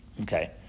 Okay